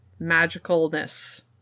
magicalness